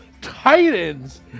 Titans